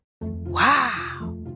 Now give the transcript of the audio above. Wow